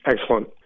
Excellent